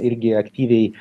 irgi aktyviai